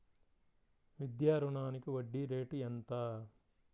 విద్యా రుణానికి వడ్డీ రేటు ఎంత?